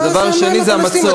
ודבר שני זה המצור.